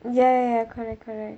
ya correct correct